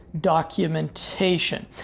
documentation